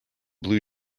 blue